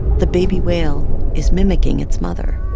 the baby whale is mimicking its mother